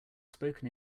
spoken